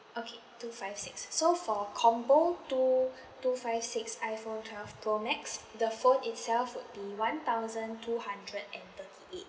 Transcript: okay two five six so for combo two two five six iphone twelve pro max the phone itself would be one thousand two hundred and thirty eight